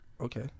Okay